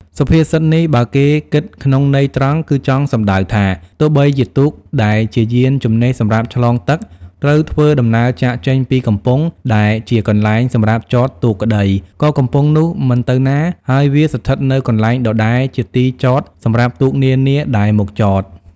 សុភាសិតនេះ បើគេគិតក្នុងន័យត្រង់ គឺចង់សំដៅថា ទោះបីជាទូក ដែលជាយាន្តជំនិះសម្រាប់ឆ្លងទឹក ត្រូវធ្វើដំណើរចាកចេញពីកំពង់ដែលជាកន្លែងសម្រាប់ចតទូកក្ដី ក៏កំពង់នោះមិនទៅណា ហើយវាស្ថិតនៅកន្លែងដដែលជាទីចតសម្រាប់ទូកនានាដែលមកចត។